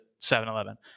7-eleven